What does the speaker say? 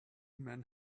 men